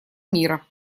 мира